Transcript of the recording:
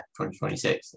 2026